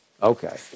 Okay